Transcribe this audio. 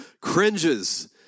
cringes